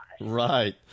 Right